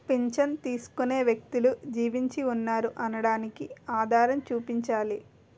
పింఛను తీసుకునే వ్యక్తులు జీవించి ఉన్నారు అనడానికి ఆధారం చూపించాలి